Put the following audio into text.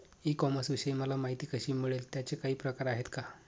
E कॉमर्सविषयी मला माहिती कशी मिळेल? त्याचे काही प्रकार आहेत का?